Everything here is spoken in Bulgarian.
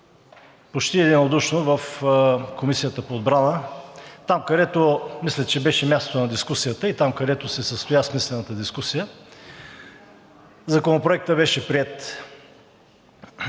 почти единодушно в Комисията по отбрана, там, където мисля, че беше мястото на дискусията и там, където се състоя смислената дискусия – Законопроектът беше приет.